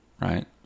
right